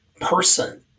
person